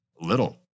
Little